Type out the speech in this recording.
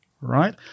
Right